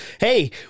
hey